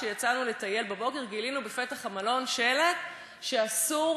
כשיצאנו לטייל בבוקר גילינו בפתח המלון שלט שאסור